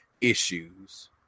issues